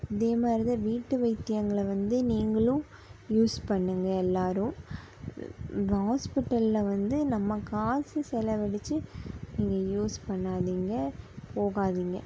இதேமாதிரி தான் வீட்டு வைத்தியங்களை வந்து நீங்களும் யூஸ் பண்ணுங்க எல்லோரும் ஹாஸ்பிட்டலில் வந்து நம்ம காசு செலவழிச்சு நீங்கள் யூஸ் பண்ணாதிங்க போகாதிங்க